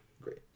Great